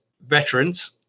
veterans